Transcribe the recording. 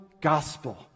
gospel